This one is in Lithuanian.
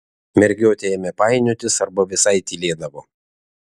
mergiotė ėmė painiotis arba visai tylėdavo